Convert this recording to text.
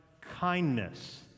kindness